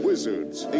wizard's